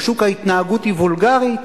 בשוק ההתנהגות היא וולגרית.